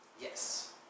Yes